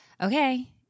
okay